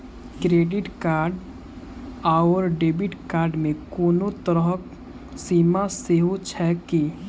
Credit card आओर debit card मे कोनो तरहक सीमा सेहो छैक की?